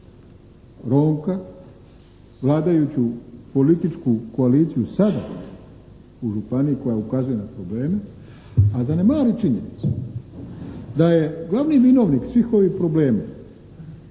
Ronka, vladajuću političku koaliciju sada u županiji koja ukazuje na probleme, a zanemari činjenica da je glavni vinovnik svih ovih problema